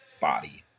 body